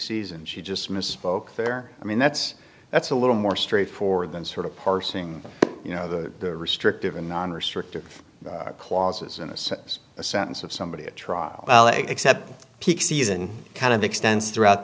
season she just misspoke there i mean that's that's a little more straightforward than sort of parsing you know the restrictive and non restrictive clauses and this is a sentence of somebody a trial except peak season kind of extends throughout